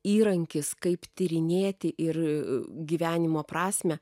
įrankis kaip tyrinėti ir gyvenimo prasmę